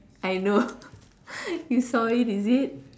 I know you saw it is it